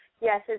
Yes